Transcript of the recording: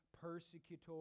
persecutor